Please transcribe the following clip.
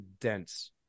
dense